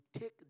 take